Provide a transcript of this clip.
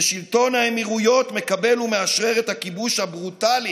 ושלטון האמירויות מקבל ומאשרר את הכיבוש הברוטלי